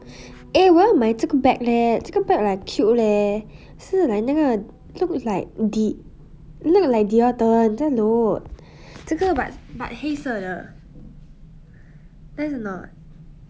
eh 我要买这个 bag leh 这个 bag like cute leh 是 like 那个 like D~ 那个 like this one no 这个 but 黑色的 can or not